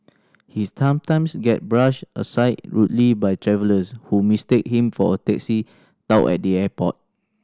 his sometimes get brushed aside rudely by travellers who mistake him for a taxi tout at the airport